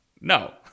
no